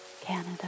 Canada